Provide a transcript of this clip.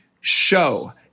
show